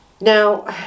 Now